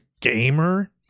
gamer